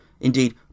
Indeed